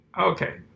Okay